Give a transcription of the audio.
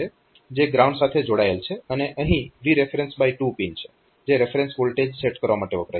જે ગ્રાઉન્ડ સાથે જોડાયેલ છે અને અહીં Vref 2 પિન છે જે રેફરેન્સ વોલ્ટેજ સેટ કરવા માટે વપરાય છે